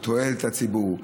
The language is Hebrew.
לתועלת הציבור.